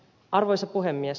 arvoisa puhemies